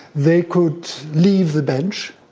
they could leave the bench,